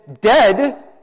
dead